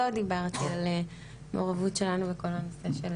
לא דיברתי על מעורבות שלנו בכל הנושא של